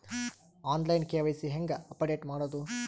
On line KYC ಹೇಂಗ update ಮಾಡೋದು?